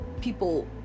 people